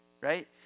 right